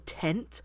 tent